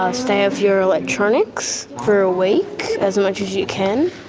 um stay off your electronics for a week, as much as you can.